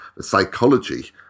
psychology